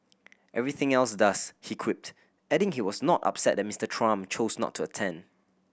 everything else does he quipped adding he was not upset that Mister Trump chose not to attend